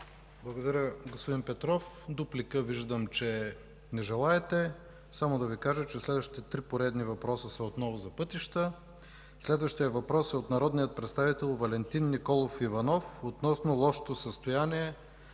Благодаря, господин Петров. Дуплика – не желаете. Следващите три поредни въпроса са отново за пътища. Следващият въпрос е от народния представител Валентин Николов Иванов относно лошото състояние